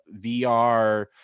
VR